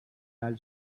għal